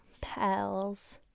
Pals